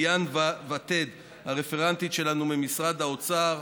ביאן ותד, הרפרנטית שלנו ממשרד האוצר.